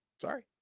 Sorry